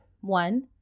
one